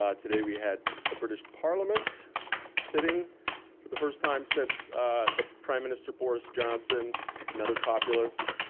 um today we had the british parliament sitting for the first time since the prime minister boris johnson another populist,